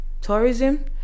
tourism